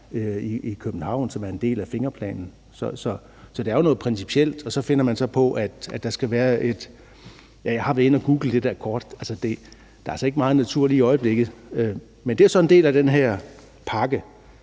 i København som en del af fingerplanen. Så det er jo noget principielt. Jeg har været inde og google det der kort. Og der er altså ikke meget natur lige i øjeblikket, men det så en del af den her pakke.